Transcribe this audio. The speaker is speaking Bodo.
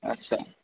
आथसा